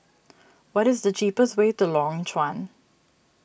what is the cheapest way to Lorong Chuan